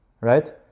Right